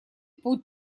путь